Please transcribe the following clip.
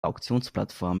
auktionsplattform